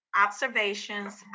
observations